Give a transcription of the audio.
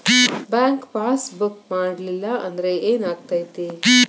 Bank passbook ಮಾಡಲಿಲ್ಲ ಅಂದ್ರೆ ಏನ್ ಆಗ್ತೈತಿ?